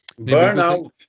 Burnout